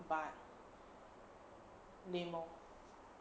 but didn't lor